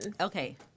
okay